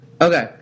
Okay